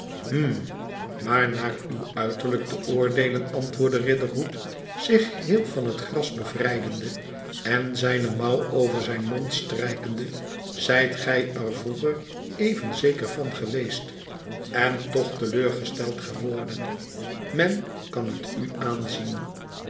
maar naar uv uiterlijk te oordeelen antwoordde riderhood zich geheel van het gras bevrijdende en zijne mouw over zijn mond strijkende zijt gij er vroeger even zeker van geweest en toch te lem gesteld geworden men kan het u aanzien